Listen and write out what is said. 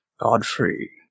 Godfrey